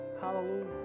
Hallelujah